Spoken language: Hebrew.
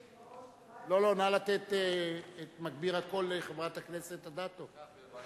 לא, לא, נא לתת את מגביר הקול לחברת הכנסת אדטו.